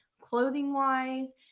Clothing-wise